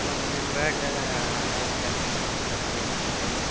ತೊಗೊಂಬಂದು ಅಂದರೆ ಎಲ್ಲ ಹೇಳ್ತೀನಿ ಅನ್ನಿರೀ ನಿಮಗೆಲ್ಲ